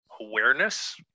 awareness